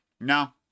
No